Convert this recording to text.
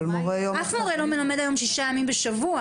אף מורה לא מלמד היום שישה ימים בשבוע